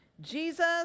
Jesus